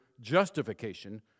justification